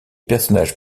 personnages